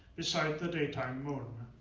beside the daytime moon.